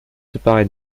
séparé